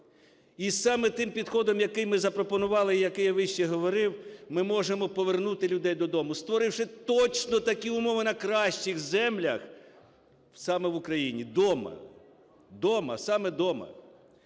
І саме тим підходом, який ми запропонували, який я вище говорив, ми можемо повернути людей додому, створивши точно такі умови на кращих землях, саме в Україні, дома. Дома, саме дома.